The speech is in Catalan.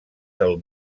del